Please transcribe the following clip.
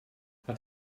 hat